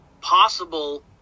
possible